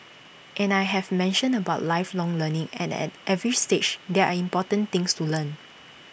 and I have mentioned about lifelong learning and at every stage there are important things to learn